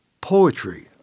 poetry